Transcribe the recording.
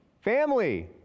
Family